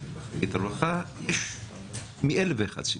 למחלקת הרווחה בשל אלף ואחת סיבות.